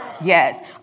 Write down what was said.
Yes